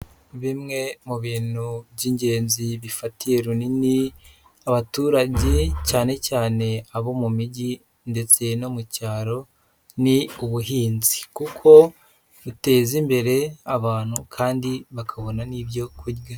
Bimwe mu bintu by'ingenzi bifatiye runini abaturage cyane cyane abo mu mijyi ndetse no mu cyaro, ni ubuhinzi. Kuko buteza imbere abantu kandi bakabona n'ibyo kurya.